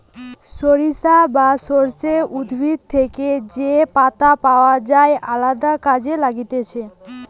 সরিষা বা সর্ষে উদ্ভিদ থেকে যে পাতা পাওয় যায় আলদা কাজে লাগতিছে